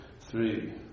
Three